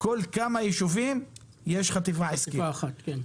בכל כמה ישובים יש חטיבה עסקית אחת.